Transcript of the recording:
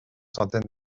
centaine